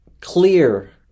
clear